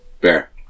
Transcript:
bear